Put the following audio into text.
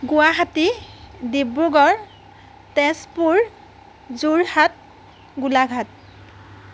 Guwahati Dibrugarh Tezpur Jorhat Golaghat